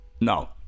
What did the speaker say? no